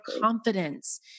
confidence